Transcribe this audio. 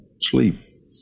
sleep